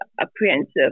apprehensive